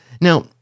Now